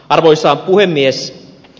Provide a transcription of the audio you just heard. arvoisa puhemies